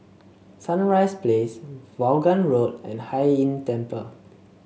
Sunrise Place Vaughan Road and Hai Inn Temple